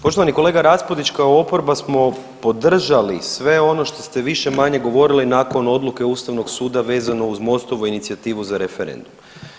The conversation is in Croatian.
Poštovani kolega Raspudić, kao oporba smo podržali sve ono što ste više-manje govorili nakon odluke ustavnog suda vezano uz Mostovu inicijativu za referendum.